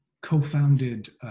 co-founded